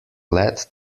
led